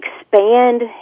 expand